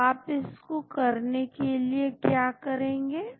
तो आप इसको करने के लिए क्या करेंगे